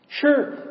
Sure